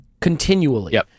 continually